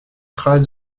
trace